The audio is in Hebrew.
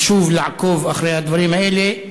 חשוב לעקוב אחרי הדברים האלה.